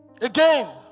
Again